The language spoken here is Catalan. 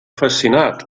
fascinat